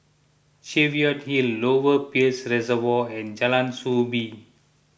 Cheviot Hill Lower Peirce Reservoir and Jalan Soo Bee